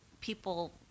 people